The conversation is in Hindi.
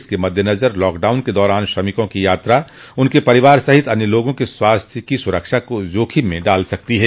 इसके मद्देनजर लॉकडाउन के दौरान श्रमिकों की यात्रा उनके परिवार सहित अन्य लोगों के स्वास्थ्य की सुरक्षा को जोखिम में डाल सकती है